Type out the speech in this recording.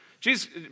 Jesus